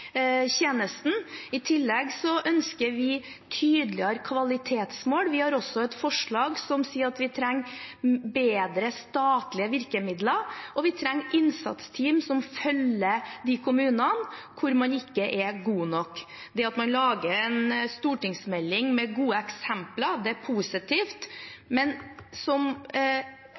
I tillegg ønsker vi tydeligere kvalitetsmål. Vi har også et forslag som sier at vi trenger bedre statlige virkemidler, og vi trenger innsatsteam som følger de kommunene hvor man ikke er god nok. Det at man lager en stortingsmelding med gode eksempler, er positivt, men som